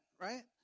right